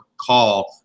call